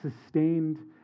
sustained